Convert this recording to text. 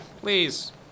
please